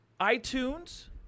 iTunes